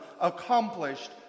accomplished